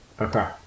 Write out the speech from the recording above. Okay